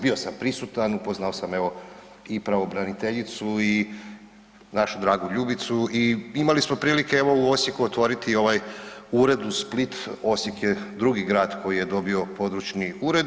Bio sam prisutan, upoznao sam evo i pravobraniteljicu i našu dragu Ljubicu i imali smo prilike evo u Osijeku otvoriti ovaj ured, uz Split Osijek je drugi grad koji je dobio područni ured.